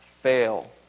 fail